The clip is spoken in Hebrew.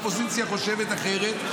והאופוזיציה חושבת אחרת,